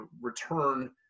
return